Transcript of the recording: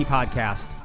Podcast